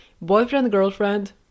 boyfriend-girlfriend